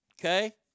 Okay